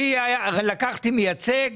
אני לקחתי מייצג,